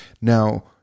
Now